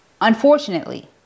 unfortunately